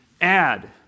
Add